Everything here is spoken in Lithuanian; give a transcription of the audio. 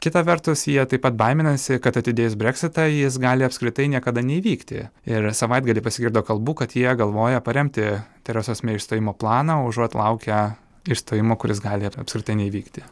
kita vertus jie taip pat baiminasi kad atidėjus breksitą jis gali apskritai niekada neįvykti ir savaitgalį pasigirdo kalbų kad jie galvoja paremti teresos išstojimo planą užuot laukę išstojimo kuris gali ap apskritai neįvykti